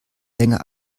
länger